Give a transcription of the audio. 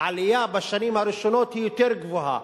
העלייה בשנים הראשונות היא יותר גבוהה,